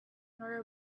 nor